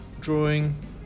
drawing